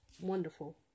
wonderful